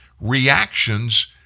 reactions